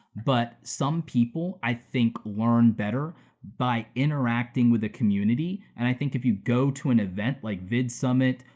but some people i think learn better by interacting with the community and i think if you go to an event like vidsummit,